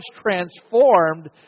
transformed